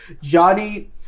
Johnny